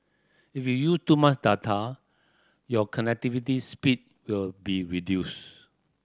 if you use too much data your connectivity speed will be reduced